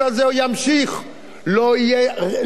לא יהיו שום רפורמות באוצר.